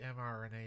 mRNA